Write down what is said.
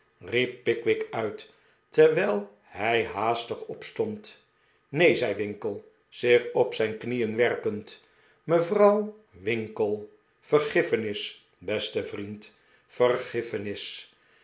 riep pickwick uit terwijl hij haastig opstond neen zei winkle zich op zijn knieen werpend mevrouw winkle vergiffenis beste vriend vergiffenis